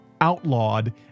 outlawed